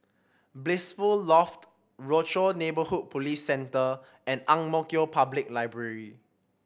Blissful Loft Rochor Neighborhood Police Centre and Ang Mo Kio Public Library